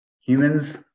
Humans